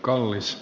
miksi